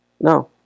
No